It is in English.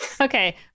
Okay